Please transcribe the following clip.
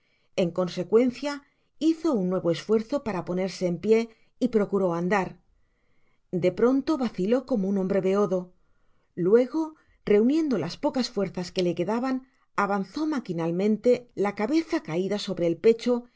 en consecuencia hizo un nuevo esfuerzo para ponerse en pié y procuró andar de pronto vaciló como un hombre beodo luego reuniendo las pocas fuerzas que le quedaban avanzó maquinalmente la cabeza caida sobre el pecho